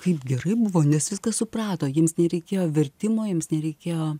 kaip gerai buvo nes viską suprato jiems nereikėjo vertimo jiems nereikėjo